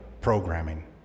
programming